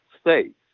states